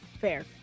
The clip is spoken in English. fair